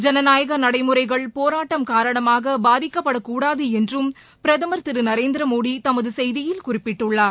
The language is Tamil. ஜனநாயக நடைமுறைகள் போராட்டம் காரணமாக பாதிக்கப்படக்கூடாது என்றும் பிரதம் திரு நரேந்திர மோடி தமது செய்தியில் குறிப்பிட்டுள்ளார்